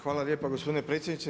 Hvala lijepa gospodine predsjedniče.